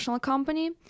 company